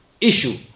issue